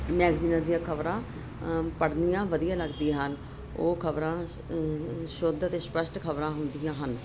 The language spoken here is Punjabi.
ਮੈਗਜ਼ੀਨਾਂ ਦੀਆਂ ਖ਼ਬਰਾਂ ਪੜ੍ਹਨੀਆਂ ਵਧੀਆ ਲੱਗਦੀਆਂ ਹਨ ਉਹ ਖ਼ਬਰਾਂ ਸ਼ੁੱਧ ਅਤੇ ਸਪਸ਼ਟ ਖ਼ਬਰਾਂ ਹੁੰਦੀਆਂ ਹਨ